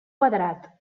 quadrat